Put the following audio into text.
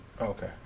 Okay